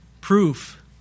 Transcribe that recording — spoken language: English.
proof